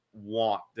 want